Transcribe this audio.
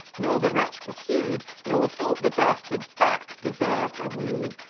nor the wretch pursued, nor thought the dastard's back deserv'd a wound,